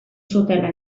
zutela